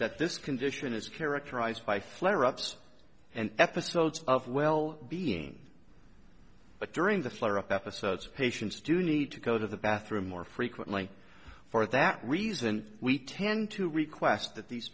that this condition is characterized by flare ups and episodes of well being but during the flare up episodes patients do need to go to the bathroom more frequently for that reason we tend to request that these